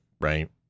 right